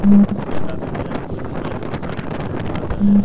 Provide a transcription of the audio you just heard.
bank of India भी कुछ दिन पाहिले कृषि लोन देवे के बात कहले बा